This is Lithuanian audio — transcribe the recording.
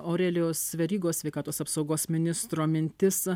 aurelijaus verygos sveikatos apsaugos ministro mintis